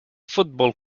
fútbol